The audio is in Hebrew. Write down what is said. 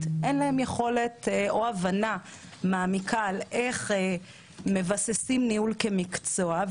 ואין להם יכולת או הבנה מעמיקה איך מבססים ניהול כמקצוע.